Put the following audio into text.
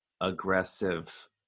aggressive